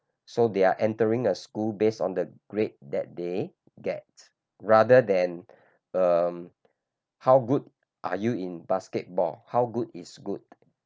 so they're entering the school based on the great that day get rather than um how good are you in basketball how good is good